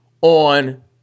on